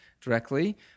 directly